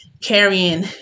carrying